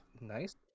nice